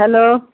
hello